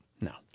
No